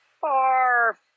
far